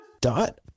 Dot